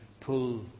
pull